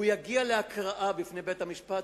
הוא יגיע להקראה בפני בית-המשפט,